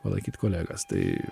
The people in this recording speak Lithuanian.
palaikyt kolegas tai